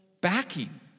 backing